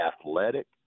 athletic